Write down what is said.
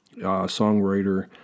songwriter